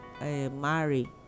marry